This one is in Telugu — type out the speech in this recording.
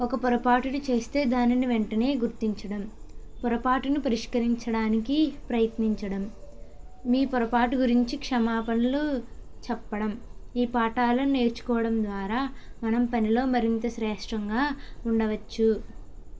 ఒక పొరపాటుని చేస్తే దానిని వెంటనే గుర్తించడం పొరపాటును పరిష్కరించడానికి ప్రయత్నించడం మీ పొరపాటు గురించి క్షమాపణలు చెప్పడం ఈ పాఠాలను నేర్చుకోవడం ద్వారా మనం పనిలో మరింత శ్రేష్టంగా ఉండవచ్చు